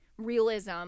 realism